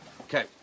Okay